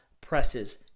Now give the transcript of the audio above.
presses